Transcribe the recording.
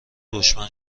دشمن